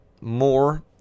more